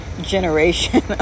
generation